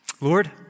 Lord